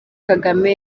kagame